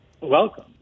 welcome